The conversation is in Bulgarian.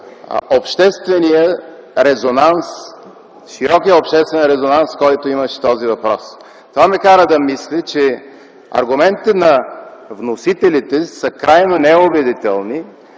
в контраст на широкия обществен резонанс, който имаше този въпрос. Това ме кара да мисля, че аргументите на вносителите са крайно неубедитени.